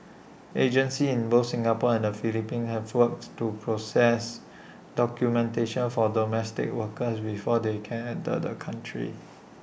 agencies in both Singapore and the Philippines have forwards to process documentation for domestic workers before they can enter the country